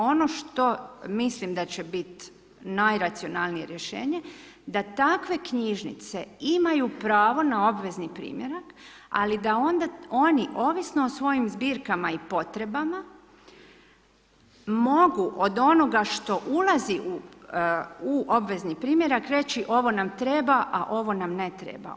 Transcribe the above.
Ono što mislim da će biti najracionalnije rješenje da takve knjižnice imaju pravo na obvezni primjerak, ali da onda oni ovisno o svojim zbirkama i potrebama mogu od onoga što ulazi u obvezni primjerak reći ovo nam treba, a ovo nam ne treba.